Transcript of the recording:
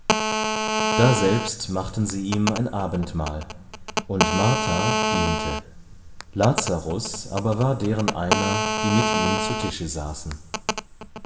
daselbst machten sie ihm ein abendmahl und martha diente lazarus aber war deren einer die mit ihm zu tische saßen